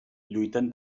lluiten